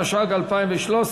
התשע"ג 2013,